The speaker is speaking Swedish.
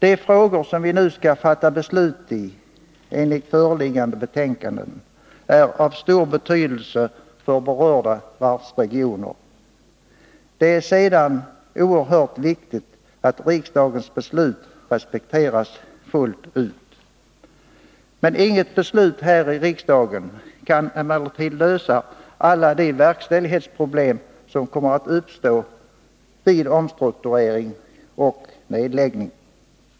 De frågor som vi nu skall fatta beslut om enligt föreliggande betänkande är av stor betydelse för berörda varvsregioner. Det är sedan oerhört viktigt att riksdagens beslut respekteras fullt ut. Inget beslut här i riksdagen kan emellertid lösa alla de verkställighetsproblem som kommer att uppstå vid omstrukturering eller nedläggning.